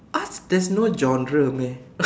art there's no genre meh